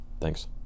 Thanks